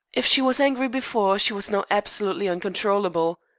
if she was angry before she was now absolutely uncontrollable.